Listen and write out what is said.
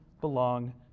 belong